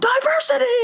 diversity